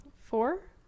four